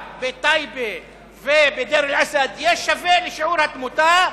גברתי היושבת-ראש, כבוד שרת הקליטה,